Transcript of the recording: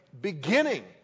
beginning